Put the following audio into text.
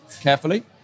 carefully